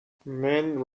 man